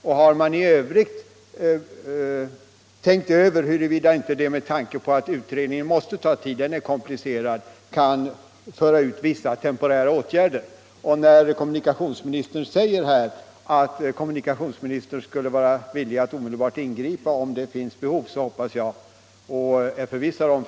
Och har man i övrigt med anledning av att utredningen måste ta tid — den är komplicerad — funderat över några temporära åtgärder? När kommunikationsministern säger att han är villig att omedelbart ingripa om det finns behov av det hoppas jag — och är f.ö.